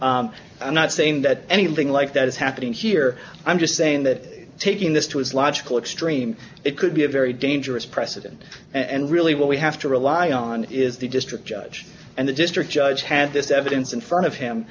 i'm not saying that anything like that is happening here i'm just saying that taking this to its logical extreme it could be a very dangerous precedent and really what we have to rely on is the district judge and the district judge has this evidence in front of him